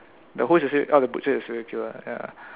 the whose is it oh the butcher is a serial killer ya